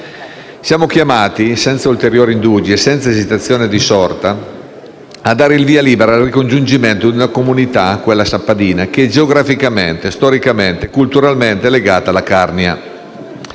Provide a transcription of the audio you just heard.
Siamo chiamati, senza ulteriori indugi e senza esitazioni di sorta, a dare il via libera al ricongiungimento di una comunità, quella sappadina, che geograficamente, storicamente e culturalmente è legata alla Carnia.